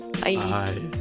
Bye